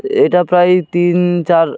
এইটা প্রায় তিন চার